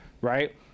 right